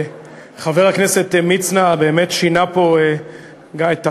חבר הכנסת מצנע באמת שינה פה את הטון,